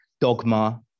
dogma